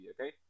Okay